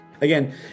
Again